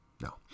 No